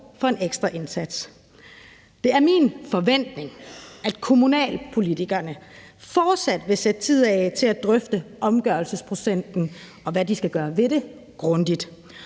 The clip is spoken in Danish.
for en ekstra indsats. Det er min forventning, at kommunalpolitikerne fortsat vil sætte tid af til at drøfte omgørelsesprocenten, og hvad de kan gøre ved det, grundigt,